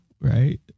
right